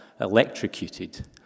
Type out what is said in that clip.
electrocuted